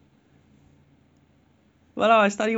!wah! lah I when I study one hour I wanna die already sia